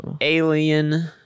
alien